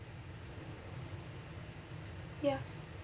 ya